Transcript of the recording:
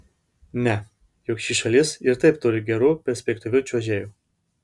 ne juk ši šalis ir taip turi gerų perspektyvių čiuožėjų